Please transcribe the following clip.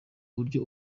buryo